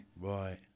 Right